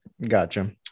gotcha